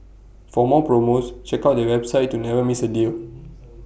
for more promos check out their website to never miss A deal